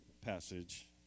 passage